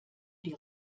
die